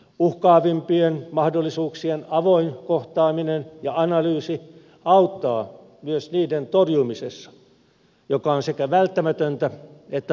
uhkaavimpien mahdollisuuksien avoin kohtaaminen ja analyysi auttaa myös niiden torjumisessa joka on sekä välttämätöntä että mahdollista